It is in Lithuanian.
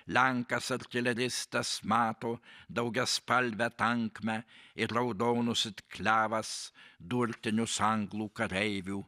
lenkas artileristas mato daugiaspalvę tankmę ir raudonus it klevas durtinius anglų kareivių